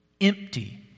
empty